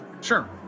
Sure